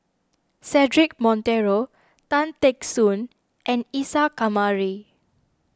Cedric Monteiro Tan Teck Soon and Isa Kamari